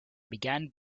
began